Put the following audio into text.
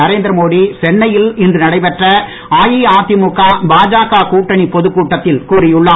நரேந்திரமோடி சென்னையில் இன்று நடைபெற்ற அஇஅதிமுக பாஜக கூட்டணி பொதுக் கூட்டத்தில் கூறியுள்ளார்